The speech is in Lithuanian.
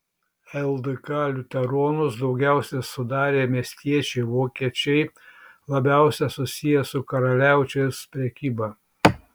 ldk liuteronus daugiausiai sudarė miestiečiai vokiečiai labiausiai susiję su karaliaučiaus prekyba